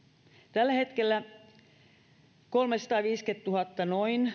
tällä hetkellä noin kolmesataaviisikymmentätuhatta